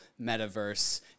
metaverse